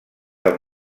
del